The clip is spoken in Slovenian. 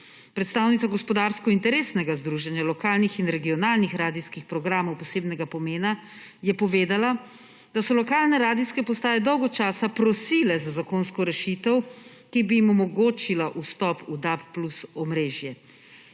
Predstavnica Gospodarskega interesnega združenja lokalnih in regionalnih radijskih programov posebnega pomena je povedala, da so lokalne radijske postaje dolgo časa prosile za zakonsko rešitev, ki bi jim omogočila vstop v DAB+ omrežje.